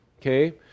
okay